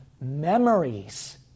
memories